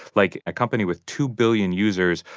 like, a company with two billion users,